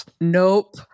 Nope